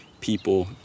people